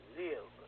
live